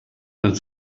and